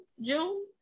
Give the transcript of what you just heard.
June